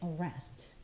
arrest